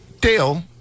Dale